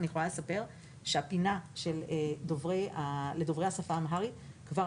אני יכולה לספר שלפינה לדובר השפה האמהרית כבר